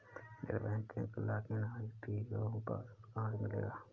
Net banking का login ID एवं password कहाँ से मिलेगा?